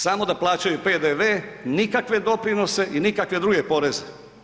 Samo da plaćaju PDV, nikakve doprinose i nikakve druge poreze.